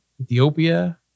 Ethiopia